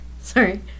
Sorry